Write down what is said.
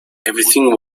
everything